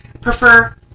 prefer